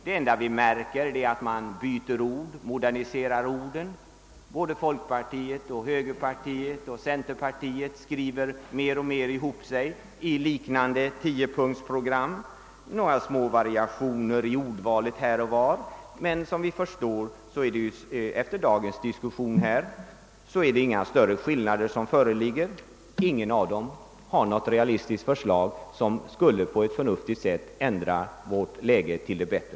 Det enda vi märker är att man byter ut och moderniserar orden. Såväl folkpartiet som högern och centern skriver mer och mer ihop sig i liknande tiopunktsprogram. Det är några små variationer i ordvalet här och var, men som vi förstått av dagens diskussion föreligger det inga större skillnader; ingen har något realistiskt förslag som på ett förnuftigt sätt kan ändra vårt läge till det bättre.